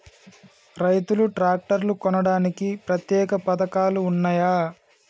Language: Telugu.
రైతులు ట్రాక్టర్లు కొనడానికి ప్రత్యేక పథకాలు ఉన్నయా?